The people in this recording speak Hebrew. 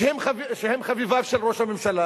שהם חביביו של ראש הממשלה,